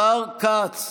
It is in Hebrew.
השר כץ,